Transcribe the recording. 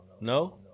No